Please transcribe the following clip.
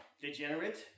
degenerate